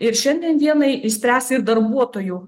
ir šiandien dienai išspręsti darbuotojų